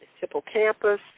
hippocampus